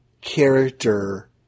character